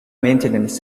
maintenance